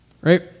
Right